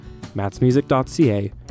mattsmusic.ca